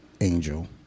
Angel